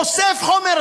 אוסף חומר,